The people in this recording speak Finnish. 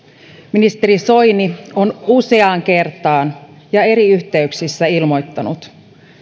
ministeri soini on useaan kertaan ja eri yhteyksissä ilmoittanut